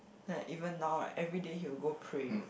like even now right everyday he will go pray